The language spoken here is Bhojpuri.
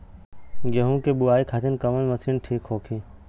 गेहूँ के बुआई खातिन कवन मशीन ठीक होखि?